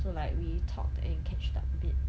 so like we talked and catched up a bit